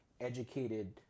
educated